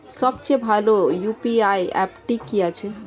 সবচেয়ে ভালো ইউ.পি.আই অ্যাপটি কি আছে?